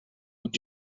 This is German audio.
und